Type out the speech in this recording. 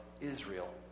Israel